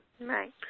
Right